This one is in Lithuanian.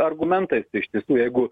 argumentais tai iš tiesų jeigu